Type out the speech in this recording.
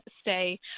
stay